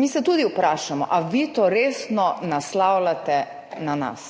mi se tudi vprašamo, ali vi to resno naslavljate na nas.